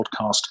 podcast